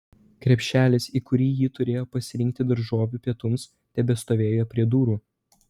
krepšelis į kurį ji turėjo pasirinkti daržovių pietums tebestovėjo prie durų